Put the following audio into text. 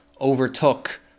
overtook